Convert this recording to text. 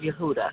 Yehuda